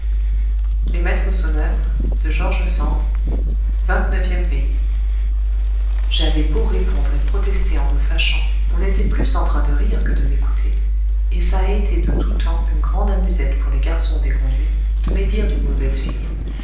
vingt neuvième veillée j'avais beau répondre et protester en me fâchant on était plus en train de rire que de m'écouter et ça été de tout temps une grande amusette pour les garçons éconduits de médire d'une pauvre fille